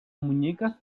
muñecas